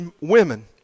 women